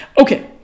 Okay